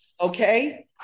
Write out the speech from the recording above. Okay